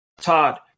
Todd